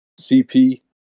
CP